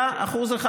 היה 1%,